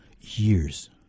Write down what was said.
Years